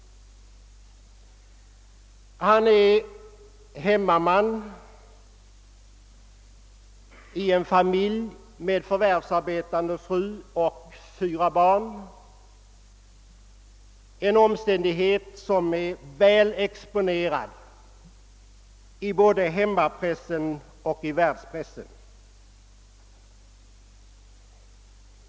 Han är hemmaman i en familj med förvärvsarbetande fru och fyra barn, en omständighet som är väl exponerad både i hemmapressen och i världspressen.